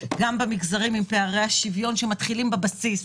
גם במגזרים עם פערי השוויון שמתחילים בבסיס,